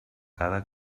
cada